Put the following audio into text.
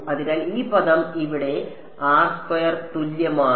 അതിനാൽ ഈ പദം ഇവിടെ തുല്യമാണ്